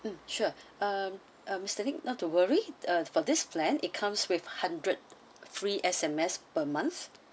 mm sure um um mister nick not to worry uh for this plan it comes with hundred free S_M_S per month